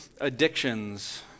addictions